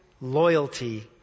loyalty